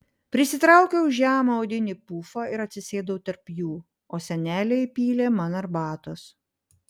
prisitraukiau žemą odinį pufą ir atsisėdau tarp jų o senelė įpylė man arbatos